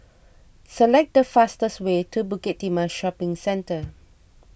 select the fastest way to Bukit Timah Shopping Centre